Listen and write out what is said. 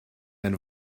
ein